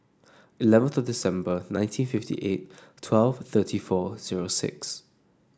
eleven thirty December nineteen fifty eight twelve thirty four zero six